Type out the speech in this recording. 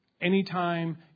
Anytime